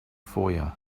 foyer